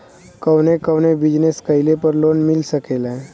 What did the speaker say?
कवने कवने बिजनेस कइले पर लोन मिल सकेला?